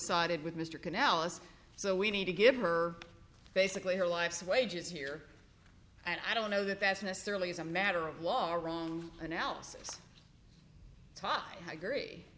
sided with mr canalis so we need to give her basically her life's wages here and i don't know that that's necessarily as a matter of law or wrong analysis top agree